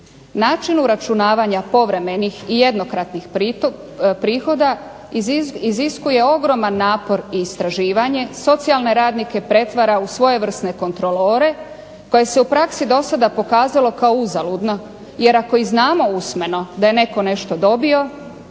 Način uračunavanja povremenih i jednokratnih prihoda iziskuje ogroman napor i istraživanje socijalne radnike pretvara u svojevrsne kontrolore koje se u praksi do sada pokazalo kao uzaludno, jer ako i znamo usmeno da je netko nešto dobio,